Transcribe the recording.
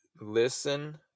listen